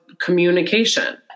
communication